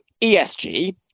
ESG